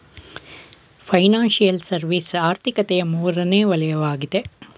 financial service ಆರ್ಥಿಕತೆಯ ಮೂರನೇ ವಲಯವಗಿದೆ